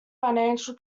financial